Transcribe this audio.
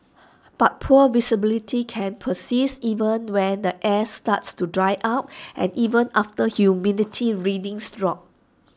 but poor visibility can persist even when the air starts to dry out and even after humidity readings drop